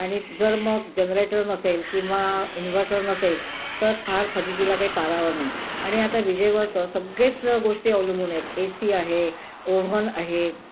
आणि जर मग जनरेटर नसेल किंवा इन्व्हर्टर नसेल तर फार फजितीला काही पारावर नाही आणि आता विजेवर तर सगळेच गोष्टी अवलंबून आहेत ए सी आहे ओव्हन आहे